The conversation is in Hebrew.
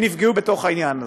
ונפגעו בעניין הזה.